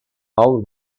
all